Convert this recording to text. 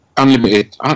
unlimited